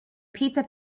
pizza